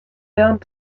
während